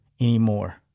anymore